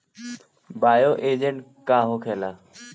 Bio agent का होखेला?